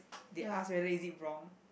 they ask whether is it wrong